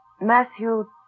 Matthew